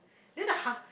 then the ha